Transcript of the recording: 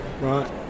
right